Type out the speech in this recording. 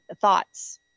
thoughts